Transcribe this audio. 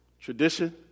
Tradition